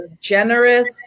generous